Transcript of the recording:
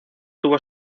tuvo